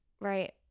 Right